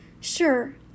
Sure